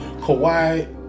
Kawhi